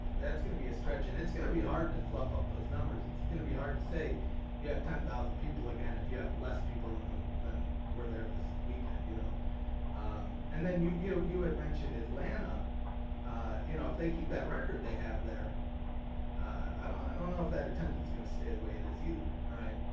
that's gonna be a stretch and it's gonna be hard to fluff up those numbers it's gonna be hard to say you have ten thousand people again, if you have less people than then we're there this weekend, you know and then you you know you had mentioned atlanta ah you know if they keep that record they have their i don't know if that attendance is gonna stay the way it is either right.